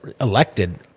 elected